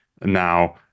now